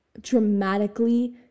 dramatically